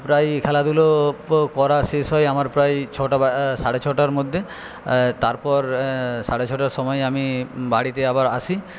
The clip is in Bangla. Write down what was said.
প্রায় খেলা ধুলো করা শেষ হয় আমার প্রায় ছটা সাড়ে ছটার মধ্যে তারপর সাড়ে ছটার সময় আমি বাড়িতে আবার আসি